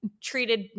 treated